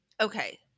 Okay